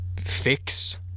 fix